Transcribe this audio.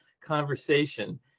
conversation